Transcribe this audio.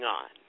on